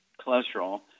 cholesterol